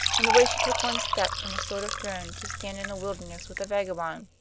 and the way she took one step from a sort of throne to stand in a wilderness with a vagabond?